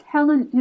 Helen